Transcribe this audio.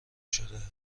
شده